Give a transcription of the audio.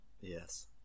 Yes